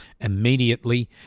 Immediately